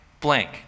blank